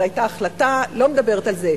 זו היתה ההחלטה ואני לא מדברת על זה.